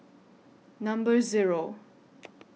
Number Zero